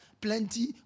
plenty